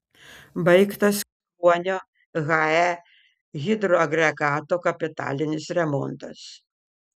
baigtas kruonio hae hidroagregato kapitalinis remontas